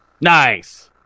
Nice